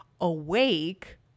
awake